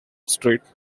street